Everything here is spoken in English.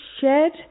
shed